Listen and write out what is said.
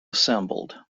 assembled